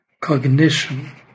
cognition